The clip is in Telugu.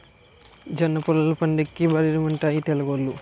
జనపుల్లలతో పండక్కి భోధీరిముట్టించుతారు తెలుగోళ్లు